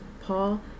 Paul